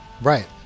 Right